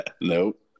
Nope